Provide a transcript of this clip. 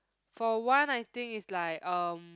for one I think it's like um